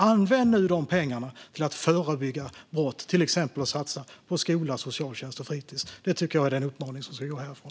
Använd nu de pengarna till att förebygga brott genom att till exempel satsa på skola, socialtjänst och fritis! Det tycker jag är den uppmaning som ska gå härifrån.